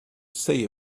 say